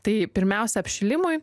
tai pirmiausia apšilimui